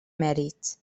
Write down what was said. mèrits